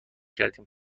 کردیم